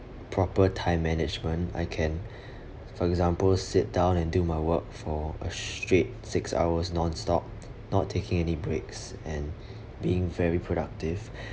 proper time management I can for example sit down and do my work for a straight six hours non-stop not taking any breaks and being very productive